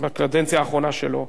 הקדנציה האחרונה שלו.